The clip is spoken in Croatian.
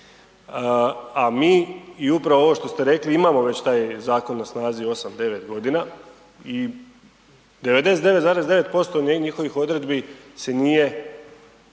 a mi i upravo ovo što ste rekli imamo već taj zakon na snazi 8-9.g. i 99,9% njihovih odredbi se nije